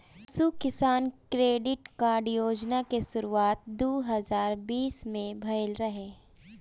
पशु किसान credit card योजना के शुरुआत दू हज़ार बीस में भइल रहे